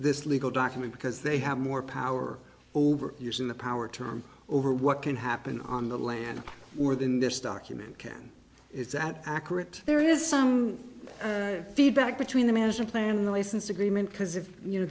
this legal document because they have more power over using the power term over what can happen on the land or than this document can is that accurate there is some feedback between them as a plan the license agreement because if you know